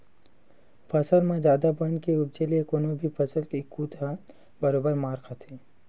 फसल म जादा बन के उपजे ले कोनो भी फसल के कुत ह बरोबर मार खाथे